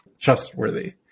trustworthy